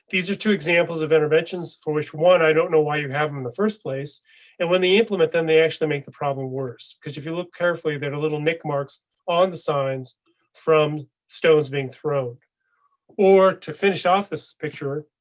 these are two examples of interventions for which one. i don't know why you have in the first place and when they implement then they actually make the problem worse. cause if you look carefully there a little nick marks on the signs from stones being thrown or to finish off this picture.